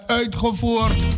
uitgevoerd